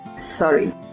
Sorry